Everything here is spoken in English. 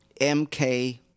MK